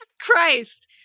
Christ